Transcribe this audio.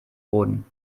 boden